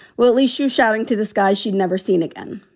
well, at least you shouting to the sky. she'd never seen again